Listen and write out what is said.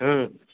ಹ್ಞೂ